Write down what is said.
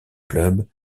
club